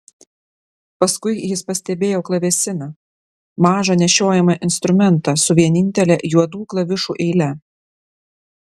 paskui jis pastebėjo klavesiną mažą nešiojamą instrumentą su vienintele juodų klavišų eile